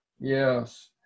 Yes